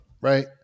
right